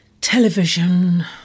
television